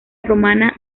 romana